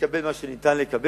נקבל מה שניתן לקבל,